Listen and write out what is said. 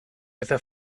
with